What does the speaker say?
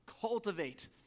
cultivate